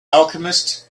alchemist